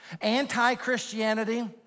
anti-Christianity